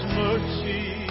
mercy